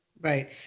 Right